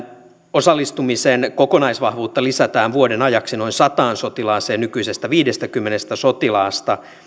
osallistumisen kokonaisvahvuutta lisätään vuoden ajaksi noin sataan sotilaaseen nykyisestä viidestäkymmenestä sotilaasta